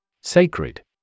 Sacred